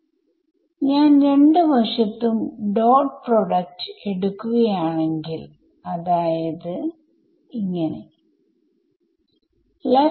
അത് കൊണ്ട് നമ്മൾ ഏത് കണ്ടിഷനുകളിൽ ആണ് പഠിക്കേണ്ടത് അവിടെ എന്തെങ്കിലും കണ്ടീഷനുകൾ ഉണ്ടോ